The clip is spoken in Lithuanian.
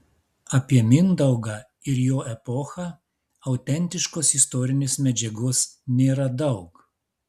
apie mindaugą ir jo epochą autentiškos istorinės medžiagos nėra daug